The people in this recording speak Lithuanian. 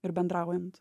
ir bendraujant